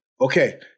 Okay